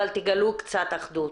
אבל תגלו קצת אחדות,